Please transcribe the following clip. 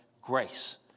grace